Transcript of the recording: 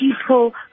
people